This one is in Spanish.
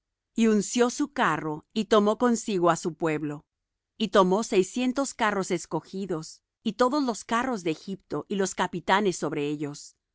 y unció su carro y tomó consigo su pueblo y tomó seiscientos carros escogidos y todos los carros de egipto y los capitanes sobre ellos